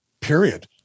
period